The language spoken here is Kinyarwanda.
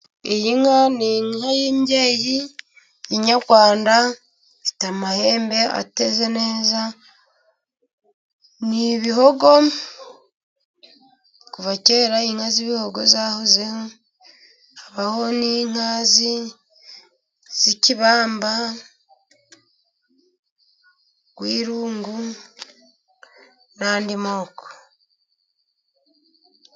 Iyi nka ni inka y'imbyeyi, y'inyarwanda, ifite amahembe ateze neza, ni ibihogo, kuva kera inka z'ibihogo zahozeho, habaho n'inka z'ikibamba, urwirungu, n'andi moko.